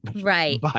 Right